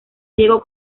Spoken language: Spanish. diego